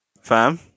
Fam